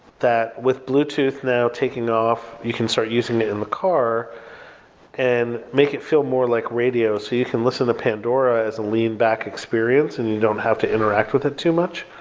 that with bluetooth now taking off, you can start using it in the car and make it feel more like radio, so you can listen to pandora as a lean back experience and you don't have to interact with it too much.